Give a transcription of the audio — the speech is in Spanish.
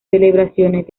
celebraciones